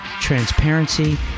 transparency